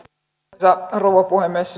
arvoisa rouva puhemies